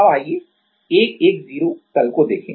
अब आइए 1 1 0 तल को देखें